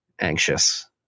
anxious